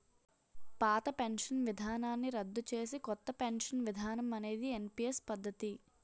పాత పెన్షన్ విధానాన్ని రద్దు చేసి కొత్త పెన్షన్ విధానం అనేది ఎన్పీఎస్ పద్ధతి